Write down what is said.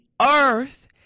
earth